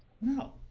No